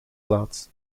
plaats